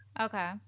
okay